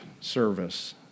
service